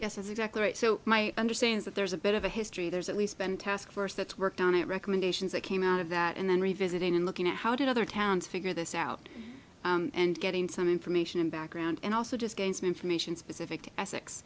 yes exactly right so my understand that there's a bit of a history there's at least been taskforce that's worked on it recommendations that came out of that and then revisiting and looking at how did other towns figure this out and getting some information and background and also just gain some information specific e